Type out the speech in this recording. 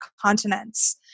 continents